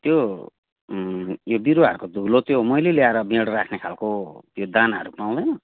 त्यो बिरुवाहरूको धुलो त्यो मैले ल्याएर बियाड राख्ने खालको त्यो दानाहरू पाउँदैन